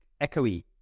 echoey